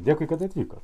dėkui kad atvykot